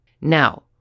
Now